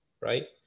right